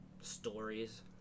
stories